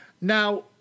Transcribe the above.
Now